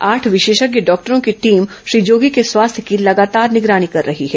आठ विशेषज्ञ डॉक्टरों की टीम श्री जोगी के स्वास्थ्य की लगातार निगरानी कर रही है